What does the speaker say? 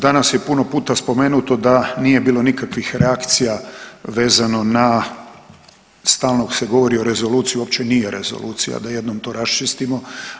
Danas je puno puta spomenuto da nije bilo nikakvih reakcija vezano na stalno se govori o rezoluciji, uopće nije rezolucija da jednom to raščistimo.